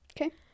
okay